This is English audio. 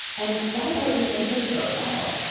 and what about your linkedin profile?